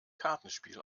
kartenspiel